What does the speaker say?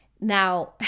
Now